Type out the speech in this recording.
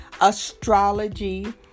astrology